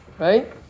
Right